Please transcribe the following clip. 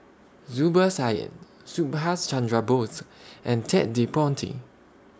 Zubir Said Subhas Chandra Bose and Ted De Ponti